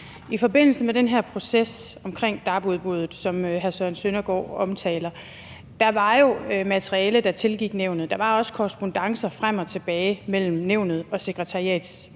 I forbindelse med den her proces om dab-udbuddet, som hr. Søren Søndergaard omtaler, var der jo materiale, der tilgik nævnet, og der var også korrespondancer frem og tilbage mellem nævnet og sekretariatsbetjeningen.